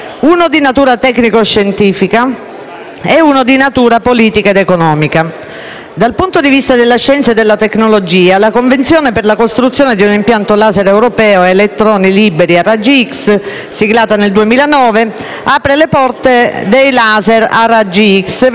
e uno di natura politica ed economica. Dal punto di vista della scienza e della tecnologia, la Convenzione per la costruzione di un impianto *laser* europeo a elettroni liberi a raggi X, siglata nel 2009, apre le porte dei *laser* a raggi X verso nuovi orizzonti. È il caso di dirlo.